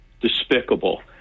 despicable